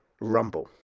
Rumble